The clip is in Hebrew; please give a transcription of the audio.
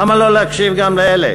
למה לא להקשיב גם לאלה?